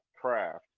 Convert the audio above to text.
craft